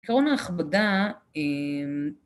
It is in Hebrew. עקרון ההכבדה